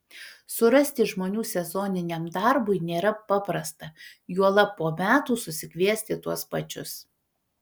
surasti žmonių sezoniniam darbui nėra paprasta juolab po metų susikviesti tuos pačius